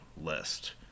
list